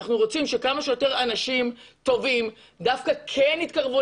ואנחנו רוצים שכמה שיותר אנשים טובים דווקא כן יתקרבו